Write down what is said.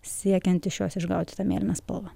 siekiant iš jos išgauti tą mėlyną spalvą